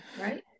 right